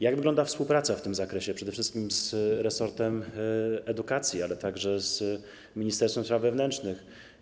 Jak wygląda współpraca w tym zakresie, przede wszystkim z resortem edukacji, ale także z ministerstwem spraw wewnętrznych?